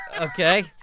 Okay